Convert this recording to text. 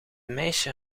meisje